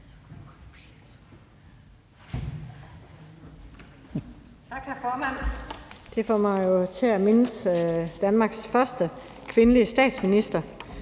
Tak, hr. formand. Det får mig jo til at mindes Danmarks første kvindelige statsminister,